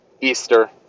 Easter